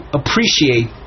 appreciate